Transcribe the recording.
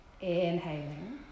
Inhaling